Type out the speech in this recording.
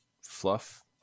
fluff